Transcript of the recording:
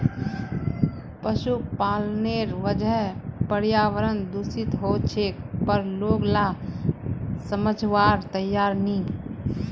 पशुपालनेर वजह पर्यावरण दूषित ह छेक पर लोग ला समझवार तैयार नी